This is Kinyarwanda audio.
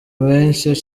menshi